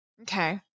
Okay